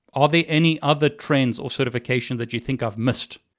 are there any other trends or certifications that you think i've missed?